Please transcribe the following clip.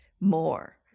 more